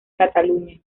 cataluña